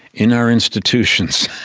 in our institutions,